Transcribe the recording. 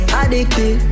addicted